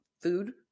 food